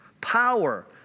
power